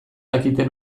dakite